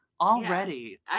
Already